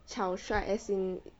草率 as in